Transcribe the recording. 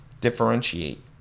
differentiate